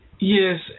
yes